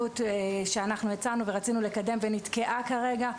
שאנחנו הצענו ורצינו לקדם ונתקעה כרגע.